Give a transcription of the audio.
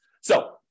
So-